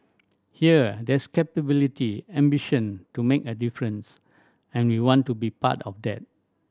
here there's capability ambition to make a difference and we want to be part of that